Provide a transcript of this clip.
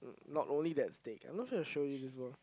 um not only that steak I'm not sure if I show you before